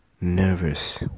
nervous